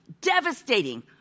devastating